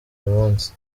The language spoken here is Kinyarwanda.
uyumunsi